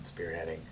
spearheading